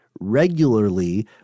regularly